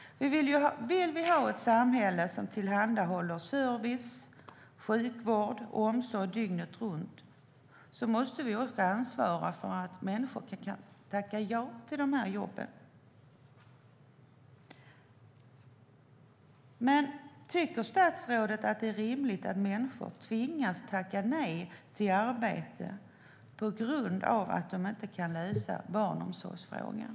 Vill vi ha ett samhälle som tillhandahåller service som sjukvård och omsorg dygnet runt måste vi även ansvara för att folk ska kunna tacka ja till de här jobben. Tycker statsrådet att det är rimligt att människor tvingas tacka nej till arbete på grund av att de inte kan lösa barnomsorgsfrågan?